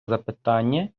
запитання